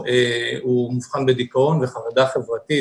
מאובחן עם דיכאון וחרדה חברתית.